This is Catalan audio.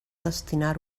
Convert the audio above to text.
destinar